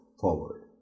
forward